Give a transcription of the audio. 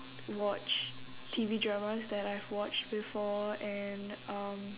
watch T_V dramas that I've watched before and um